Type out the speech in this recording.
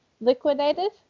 liquidated